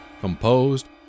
composed